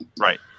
Right